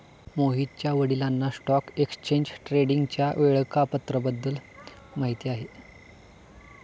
मोहितच्या वडिलांना stock exchange ट्रेडिंगच्या वेळापत्रकाबद्दल माहिती आहे